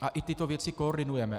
A i tyto věci koordinujeme.